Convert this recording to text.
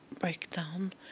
breakdown